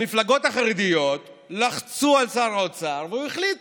המפלגות החרדיות לחצו על שר אוצר והוא החליט